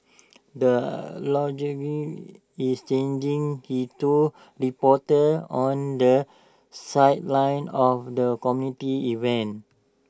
the algorithm is changing he told reporters on the sidelines of the community event